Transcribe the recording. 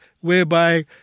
whereby